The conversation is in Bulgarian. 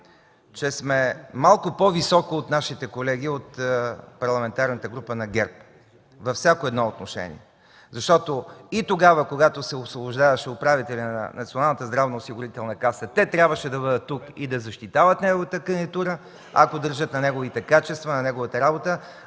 че сме малко по-високо от нашите колеги от Парламентарната група на ГЕРБ във всяко едно отношение. Защото и тогава, когато се освобождаваше управителят на Националната здравноосигурителна каса, те трябваше да бъдат тук и да защитават неговата кандидатура, ако държат на неговите качества, на неговата работа...